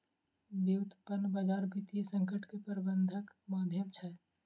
व्युत्पन्न बजार वित्तीय संकट के प्रबंधनक माध्यम छै